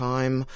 Time